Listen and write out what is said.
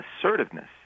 assertiveness